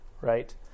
right